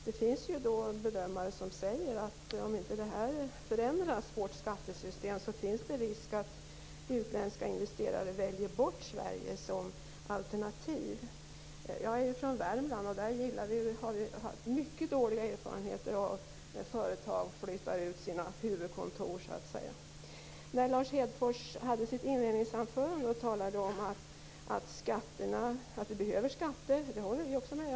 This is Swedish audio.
Det finns bedömare som säger att om inte vårt skattesystem förändras finns det risk för att utländska investerare väljer bort Sverige som alternativ. Jag är från Värmland, och där har vi haft mycket dåliga erfarenheter av att företag flyttar ut sina huvudkontor. Lars Hedfors talade i sitt inledningsanförande om att vi behöver skatter. Det håller vi också med om.